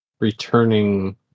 returning